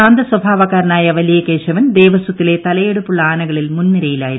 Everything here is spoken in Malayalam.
ശാന്ത്സ്പഭാവക്കാരനായ വലിയ കേശവൻ ദേവസ്വത്തിലെ തലയെടു്പ്പുള്ള ആനകളിൽ മുൻനിരയിലായിരുന്നു